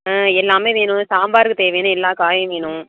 ஆ எல்லாமே வேணும் சாம்பாருக்கு தேவையான எல்லா காயும் வேணும்